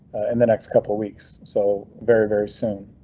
in the next couple of weeks, so very, very soon.